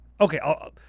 okay